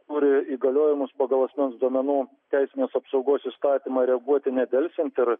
turi įgaliojimus pagal asmens duomenų teisinės apsaugos įstatymą reaguoti nedelsiant ir